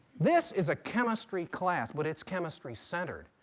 this is a chemistry class, but it's chemistry-centered.